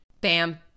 bam